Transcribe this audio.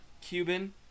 Cuban